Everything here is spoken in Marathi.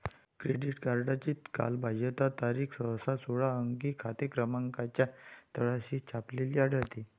क्रेडिट कार्डची कालबाह्यता तारीख सहसा सोळा अंकी खाते क्रमांकाच्या तळाशी छापलेली आढळते